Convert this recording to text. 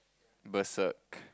berserk